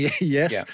yes